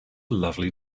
lovely